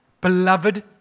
beloved